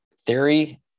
theory